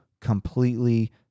completely